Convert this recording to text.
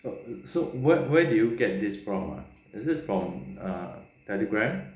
so where where did you get this from ah is it from err telegram